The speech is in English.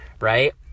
right